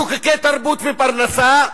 שוקקי תרבות ופרנסה,